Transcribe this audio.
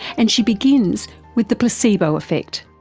and she begins with the placebo effect.